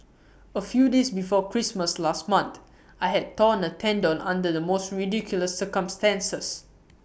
A few days before Christmas last month I had torn A tendon under the most ridiculous circumstances